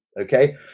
okay